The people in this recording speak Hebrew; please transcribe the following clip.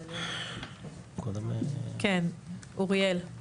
כן, אוריאל.